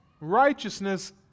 Righteousness